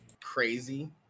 crazy